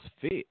Fit